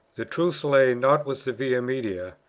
the truth lay, not with the via media,